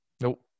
Nope